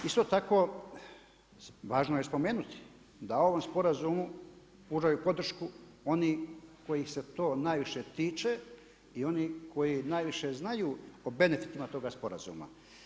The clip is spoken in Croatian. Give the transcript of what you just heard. Isto tako, važno je spomenuti da u ovom sporazumu pružaju podršku oni kojih se to najviše tiče i oni koji najviše znaju o benefitima toga sporazuma.